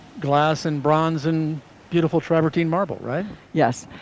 glass and bronze and beautiful travertine marble. right yes.